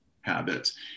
habits